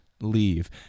leave